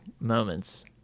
moments